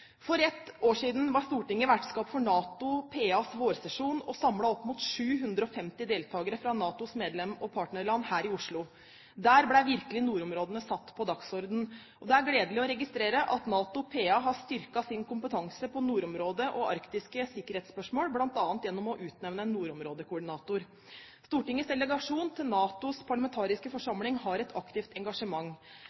For ett år siden var Stortinget vertskap for NATO PAs vårsesjon og samlet opp mot 750 deltakere fra NATOs medlems- og partnerland her i Oslo. Der ble virkelig nordområdene satt på dagsordenen. Det er gledelig å registrere at NATO PA har styrket sin kompetanse på nordområdet og arktiske sikkerhetsspørsmål, bl.a. gjennom å utnevne en nordområdekoordinator. Stortingets delegasjon til NATOs parlamentariske